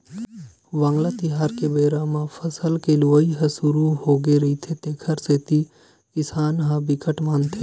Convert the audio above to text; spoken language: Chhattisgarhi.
वांगला तिहार के बेरा म फसल के लुवई ह सुरू होगे रहिथे तेखर सेती किसान ह बिकट मानथे